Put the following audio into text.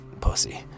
pussy